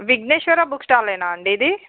Vigneshwara book స్టాల్లేనా అండి ఇది